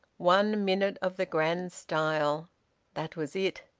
one minute of the grand style that was it.